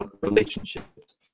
relationships